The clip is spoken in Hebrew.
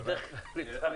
זה בדרך כלל ככה.